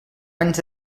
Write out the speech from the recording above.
anys